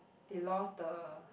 they lost the